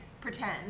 pretend